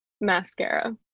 mascara